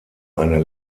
eine